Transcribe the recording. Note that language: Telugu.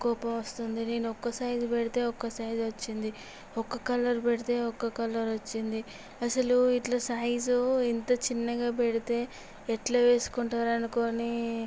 కోపం వస్తుంది నేను ఒక్క సైజు పెడితే ఒక్క సైజు వచ్చింది ఒక కలర్ పెడితే ఒక్క కలర్ వచ్చింది అసలు ఇట్లా సైజు ఇంత చిన్నగా పెడితే ఎట్లా వేసుకుంటారు అనుకోని